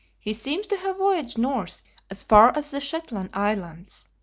he seems to have voyaged north as far as the shetland islands,